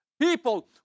people